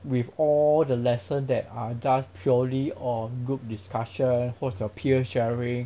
with all the lesson that are just purely on group discussion 或者 peer sharing